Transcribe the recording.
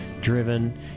driven